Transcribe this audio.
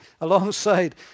alongside